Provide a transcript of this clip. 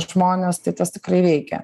žmones tai tas tikrai veikia